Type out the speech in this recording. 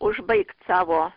užbaigt savo